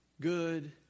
good